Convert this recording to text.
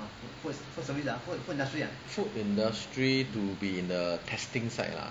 food industry to be in the testing side lah